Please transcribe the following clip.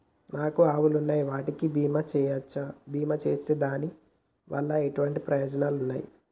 నాకు ఆవులు ఉన్నాయి వాటికి బీమా చెయ్యవచ్చా? బీమా చేస్తే దాని వల్ల ఎటువంటి ప్రయోజనాలు ఉన్నాయి?